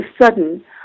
sudden